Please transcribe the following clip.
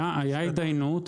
הייתה התדיינות,